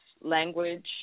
Language